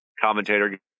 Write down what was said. commentator